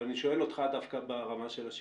אבל אני שואל אותך דווקא ברמה של השטח.